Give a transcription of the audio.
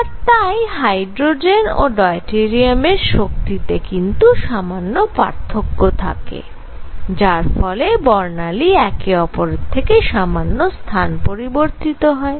আর তাই হাইড্রোজেন ও ডয়টেরিয়ামের শক্তিতে কিন্তু সামান্য পার্থক্য থাকে যার ফলে বর্ণালী একে অপরের থেকে সামান্য স্থান পরিবর্তিত হয়